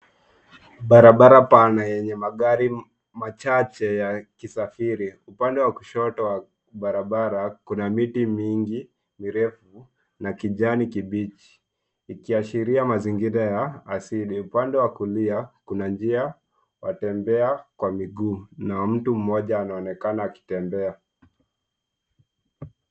Barabara pana yenye magari machache yakisafiri. Upande wa kushoto wa barabara kuna miti mingi mirefu na kijani kibichi ikiashiria mazingira ya asili. Upande wa kulia kuna njia ya watembea kwa miguu na mtu mmoja anaonekana akitembea.